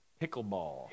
pickleball